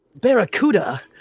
Barracuda